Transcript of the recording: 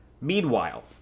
Meanwhile